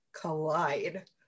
collide